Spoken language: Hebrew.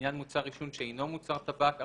לעניין מוצר עישון שאינו מוצר טבק,